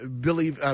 Billy –